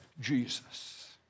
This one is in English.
Jesus